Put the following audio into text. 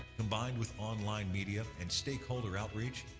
combined with online media and stakeholder outreach,